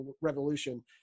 revolution